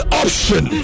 option